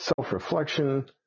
self-reflection